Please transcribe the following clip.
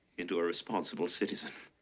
into a responsible citizen.